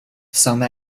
some